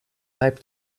leib